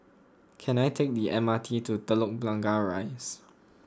can I take the M R T to Telok Blangah Rise